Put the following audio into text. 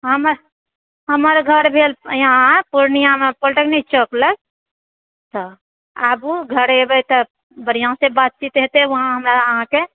हँ हमर घर भेल यहाँ पुर्णियामे पोलटेक्निक चौक लग अच्छा आबु घरे एबै तऽ बढ़ियाॅं से बातचीत हेतै वहाँ अहाँ हमरा से